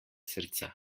srca